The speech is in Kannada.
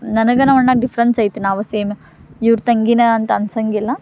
ನನಗೆ ನಮ್ಮ ಅಣ್ಣಾಗೆ ಡಿಫ್ರೆನ್ಸ್ ಐತಿ ನಾವು ಸೇಮ್ ಇವ್ರ ತಂಗಿನೇ ಅಂತ ಅನ್ಸಂಗಿಲ್ಲ